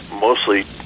mostly